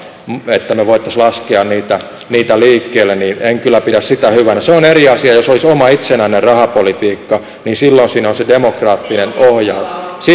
että me voisimme laskea niitä niitä liikkeelle en kyllä pidä sitä hyvänä se on eri asia jos olisi oma itsenäinen rahapolitiikka silloin siinä olisi se demokraattinen ohjaus